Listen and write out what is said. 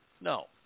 no